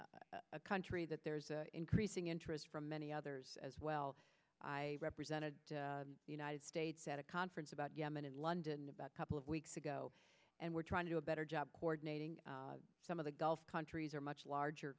is a country that there's increasing interest from many others as well i represented the united states at a conference about yemen in london about a couple of weeks ago and we're trying to do a better job coordinating some of the gulf countries are much larger